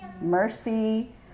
mercy